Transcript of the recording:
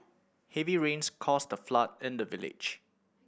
heavy rains caused a flood in the village